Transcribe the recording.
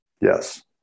Yes